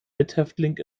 mithäftling